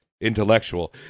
intellectual